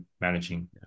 managing